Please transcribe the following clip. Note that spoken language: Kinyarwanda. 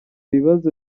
ibibazo